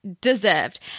deserved